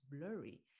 blurry